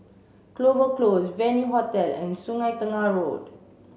Clover Close Venue Hotel and Sungei Tengah Road